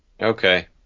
Okay